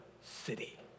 city